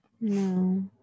No